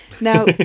Now